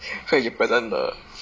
会有 present 的